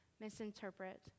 misinterpret